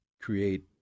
create